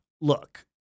Look